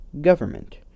government